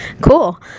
cool